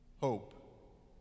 Hope